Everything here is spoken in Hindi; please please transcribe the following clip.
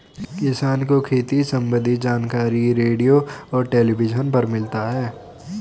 किसान को खेती सम्बन्धी जानकारी रेडियो और टेलीविज़न पर मिलता है